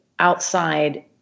outside